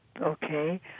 Okay